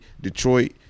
Detroit